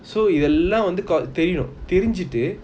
so இதெல்லாம் வந்து தெரியணும் தெரிஞ்சிது:ithellam vanthu teriyanum terinjitu